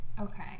Okay